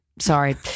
sorry